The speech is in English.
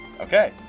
Okay